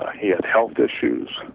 ah he had health issues,